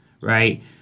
right